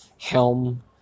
helm